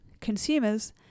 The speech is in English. consumers